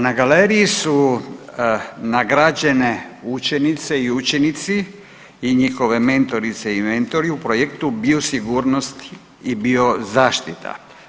Na galeriji su nagrađene učenice i učenici i njihove mentorice i mentori u projekti „Bio sigurnost i bio zaštita“